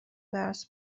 درس